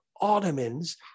Ottomans